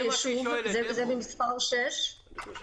ואני שומע גם מהצוות של הייעוץ המשפטי